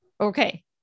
Okay